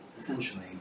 Essentially